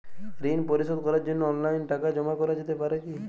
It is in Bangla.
ঋন পরিশোধ করার জন্য অনলাইন টাকা জমা করা যেতে পারে কি?